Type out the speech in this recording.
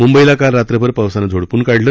म्ंबईला काल रात्रभर पावसानं झोडपून काढलं